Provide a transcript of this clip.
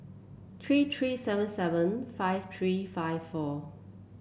three three seven seven five three five four